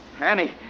Annie